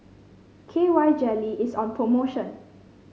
K Y Jelly is on promotion